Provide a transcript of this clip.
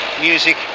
music